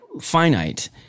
finite